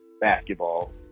basketball